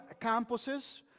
campuses